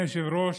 אדוני היושב-ראש,